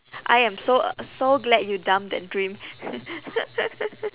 I am so uh so glad you dumped that dream